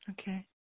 Okay